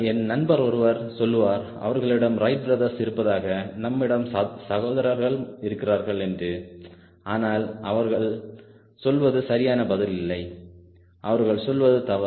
என் நண்பர் ஒருவர் சொல்லுவார் அவர்களிடம் ரைட் பிரதர்ஸ் இருப்பதாக நம்மிடம் சகோதரர்கள் இருக்கிறார்கள் என்று ஆனால் அவர்கள் சொல்வது சரியான பதில் இல்லை அவர்கள் சொல்வது தவறு